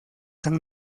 san